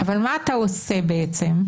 מה אתה עושה בעצם?